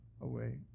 away